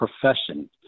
profession